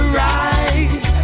rise